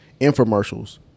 infomercials